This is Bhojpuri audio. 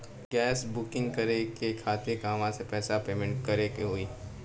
गॅस बूकिंग करे के खातिर कहवा से पैसा पेमेंट करे के होई?